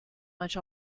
much